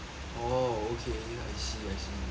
oh okay I see I see